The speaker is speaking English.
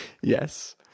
Yes